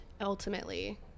ultimately